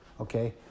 Okay